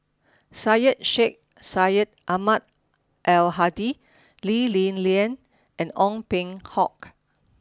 Syed Sheikh Syed Ahmad Al Hadi Lee Li Lian and Ong Peng Hock